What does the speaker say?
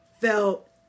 felt